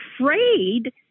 afraid